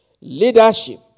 Leadership